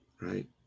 Right